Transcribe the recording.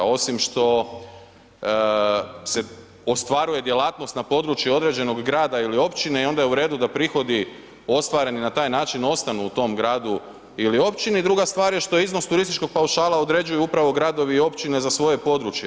Osim što se ostvaruje djelatnost na području određenog grada ili općine onda je uredu da prihodi ostvareni na taj način ostanu u tom gradu ili općini i druga stvar što je iznos turističkog paušala određuju upravo gradovi i općine za svoje područje.